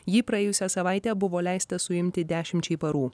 jį praėjusią savaitę buvo leista suimti dešimčiai parų